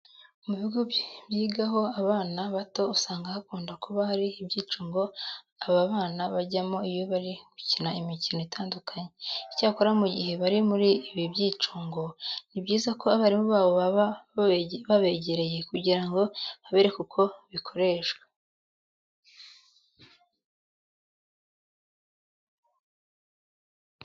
Mu bigo byigaho abana bato usanga hakunda kuba hari ibyicungo aba bana bajyamo iyo bari gukina imikino itandukanye. Icyakora mu gihe bari muri ibi byicungo, ni byiza ko abarimu babo baba babegereye kugira ngo babereke uko bikoreshwa.